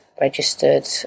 registered